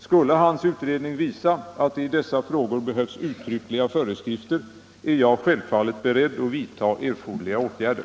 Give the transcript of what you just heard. Skulle hans utredning visa att det i dessa frågor behövs uttryckliga föreskrifter är jag självfallet beredd att vidta erforderliga åtgärder.